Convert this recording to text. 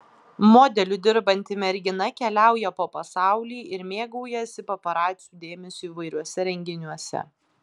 modeliu dirbanti mergina keliauja po pasaulį ir mėgaujasi paparacių dėmesiu įvairiuose renginiuose